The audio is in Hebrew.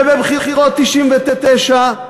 ובבחירות 1999,